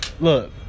Look